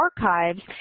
archives